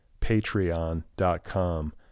patreon.com